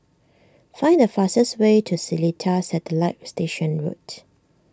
find the fastest way to Seletar Satellite Station Root